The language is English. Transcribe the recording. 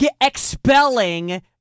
expelling